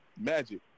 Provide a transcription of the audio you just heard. Magic